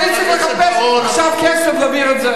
אני צריך לחפש עכשיו כסף להעביר את זה,